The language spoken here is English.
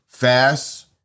Fast